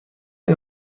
این